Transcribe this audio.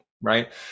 right